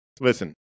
Listen